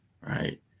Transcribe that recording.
right